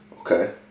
Okay